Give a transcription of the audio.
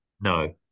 no